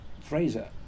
Fraser